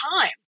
time